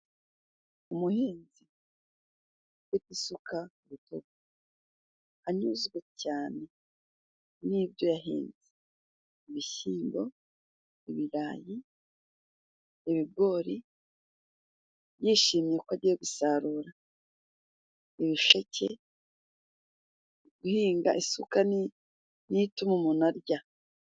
Umuhinzi ufite isuka ku rutugu, anyuzwe cyane n'ibyo yahinze. Ibishyimbo, ibirayi, ibigori, yishimye ko agiye gusarura. Ibisheke, guhinga isuka niyo ituma umuntu arya.